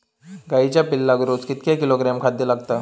गाईच्या पिल्लाक रोज कितके किलोग्रॅम खाद्य लागता?